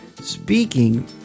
Speaking